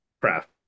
craft